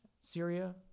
Syria